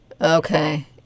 Okay